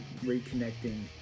reconnecting